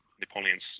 Napoleon's